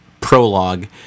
prologue